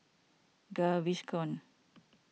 Gaviscon